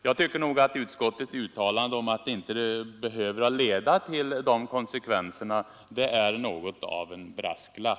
Jag tycker att utskottets uttalande om att en skattebefrielse för Sveriges exportråd inte behöver leda till sådana konsekvenser är något av en brasklapp.